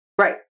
Right